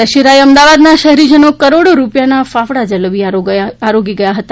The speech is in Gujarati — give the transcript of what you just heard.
દશેરાએ અમદાવાદના શહેરીજનો કરોડો રૂપિયાના ફાફડા જલેબી આરોગી ગયા છે